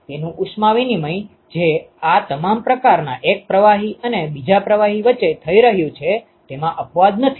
તેનું ઉષ્મા વિનીમય જે આ તમામ પ્રકારનાં એક પ્રવાહી અને બીજા પ્રવાહી વચ્ચે થઈ રહ્યું છે તેમાં અપવાદ નથી